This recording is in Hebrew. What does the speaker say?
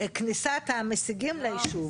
כניסת המשיגים ליישוב".